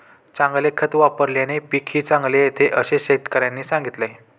चांगले खत वापल्याने पीकही चांगले येते असे शेतकऱ्याने सांगितले